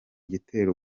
gitero